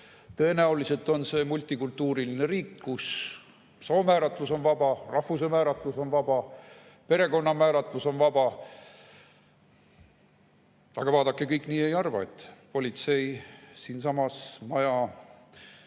Tõenäoliselt on see multikultuurne riik, kus soo määratlus on vaba, rahvuse määratlus on vaba, perekonna määratlus on vaba. Aga vaadake, kõik nii ei arva. Politsei sellesama maja